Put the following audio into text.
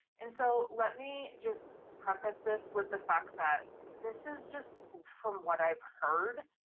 and so let me just preface this with the fact that this is just from what i've heard.